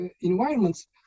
environments